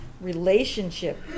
relationship